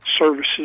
services